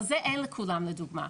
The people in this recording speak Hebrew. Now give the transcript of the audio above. אבל את זה אין לכולם לדוגמא,